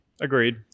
Agreed